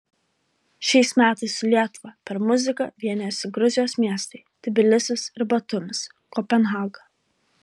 šiais metais su lietuva per muziką vienijosi gruzijos miestai tbilisis ir batumis kopenhaga